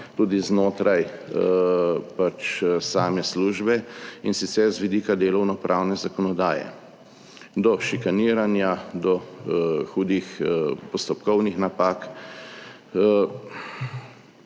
tudi znotraj pač same službe, in sicer z vidika delovno pravne zakonodaje, do šikaniranja, do hudih postopkovnih napak.